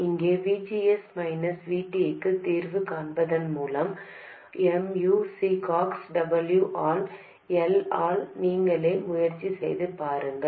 இங்கு V G S minus V Tக்கு தீர்வு காண்பதுதான் mu C ox W ஆல் L ஆல் நீங்களே முயற்சி செய்து பாருங்கள்